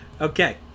Okay